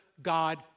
God